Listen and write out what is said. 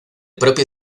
propio